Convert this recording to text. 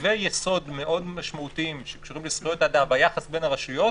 רכיבי יסוד מאוד משמעותיים שקשורים לזכויות אדם והיחס בין הרשויות,